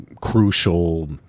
crucial